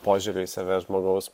požiūrio į save žmogaus